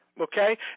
Okay